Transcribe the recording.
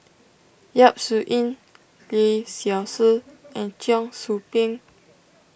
Yap Su Yin Lee Seow Ser and Cheong Soo Pieng